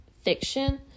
Fiction